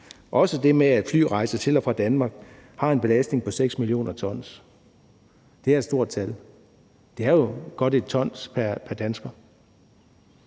også det med, at flyrejser til og fra Danmark har en belastning på 6 mio. t. Det er et stort tal. Det er godt 1 t pr. dansker.